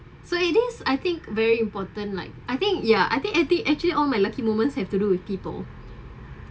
so it is I think very important like I think ya I think at the actually all my lucky moments have to do with people